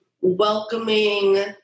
welcoming